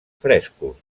frescos